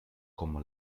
como